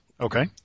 Okay